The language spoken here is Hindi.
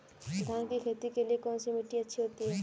धान की खेती के लिए कौनसी मिट्टी अच्छी होती है?